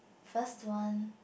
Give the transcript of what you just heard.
first one